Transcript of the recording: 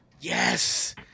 yes